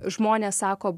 žmonės sako